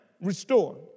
restore